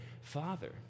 father